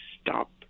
stop